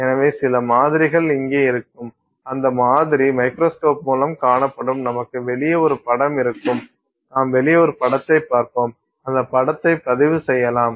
எனவே சில மாதிரிகள் இங்கே இருக்கும் அந்த மாதிரி மைக்ரோஸ்கோப் மூலம் காணப்படும் நமக்கு வெளியே ஒரு படம் இருக்கும் நாம் வெளியே ஒரு படத்தைப் பார்ப்போம் அந்த படத்தை பதிவு செய்யலாம்